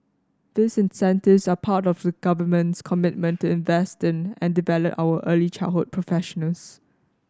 these initiatives are part of the government's commitment to invest in and develop our early childhood professionals